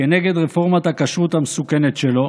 כנגד רפורמת הכשרות המסוכנת שלו